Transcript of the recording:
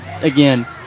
Again